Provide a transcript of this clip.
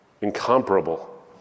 incomparable